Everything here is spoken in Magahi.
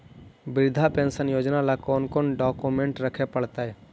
वृद्धा पेंसन योजना ल कोन कोन डाउकमेंट रखे पड़तै?